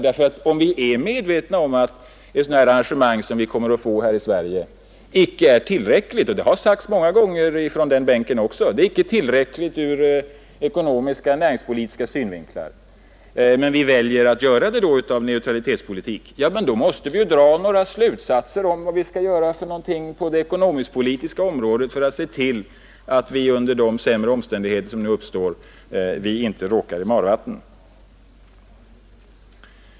Är vi medvetna om att ett sådant arrangemang som vi kommer att få här i Sverige icke är tillräckligt — och detta har sagts många gånger också från regeringsbänken — ur ekonomiska och näringspolitiska synvinklar då måste vi väl dra några slutsatser om vad vi kan göra på det ekonomisk-politiska området för att vi under de sämre förutsättningar som då uppstår inte skall råka i marvatten.